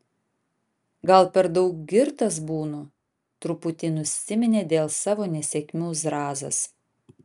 gal per daug girtas būnu truputi nusiminė dėl savo nesėkmių zrazas